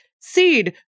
seed